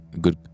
Good